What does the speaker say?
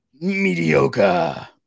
mediocre